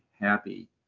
happy